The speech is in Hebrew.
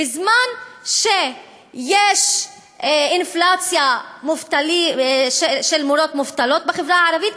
בזמן שיש אינפלציה של מורות מובטלות בחברה הערבית,